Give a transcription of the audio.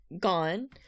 gone